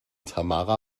tamara